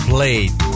Played